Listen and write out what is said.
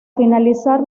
finalizar